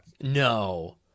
No